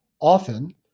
Often